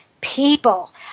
people